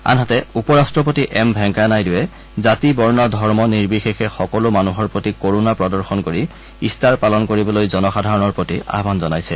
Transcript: আনহাতে উপ ৰাট্টপতি এম ভেংকায়া নাইডুবে জাতি বৰ্ণ ধৰ্ম নিৰ্বিশেষে সকলো মানুহৰ প্ৰতি কৰুণা প্ৰদৰ্শন কৰি ইষ্টাৰ পালন কৰিবলৈ জনসাধাৰণৰ প্ৰতি আয়ান জনাইছে